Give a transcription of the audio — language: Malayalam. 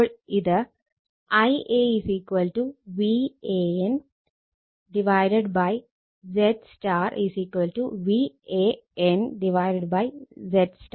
അപ്പോൾ ഇത് Ia Van ZY VAN ZY